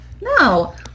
No